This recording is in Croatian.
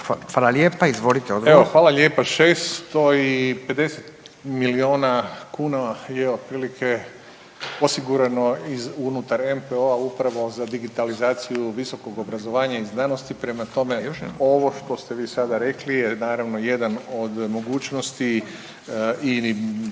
Radovan (HDZ)** Evo, hvala lijepa, 650 miliona kuna je otprilike osigurano iz, unutar NPO-a upravo za digitalizaciju visokog obrazovanja i znanosti, prema tome ovo što ste vi sada rekli je naravno jedan od mogućnosti inih